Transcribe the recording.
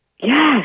Yes